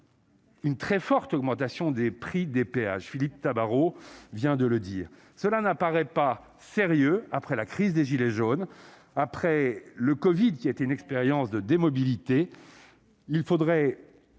Une très forte augmentation des prix des péages, Philippe Tabarot vient de le dire, cela n'apparaît pas sérieux après la crise des gilets jaunes après le Covid, qui a été une expérience de des mobilités. Il faudrait